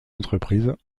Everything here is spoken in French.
entreprises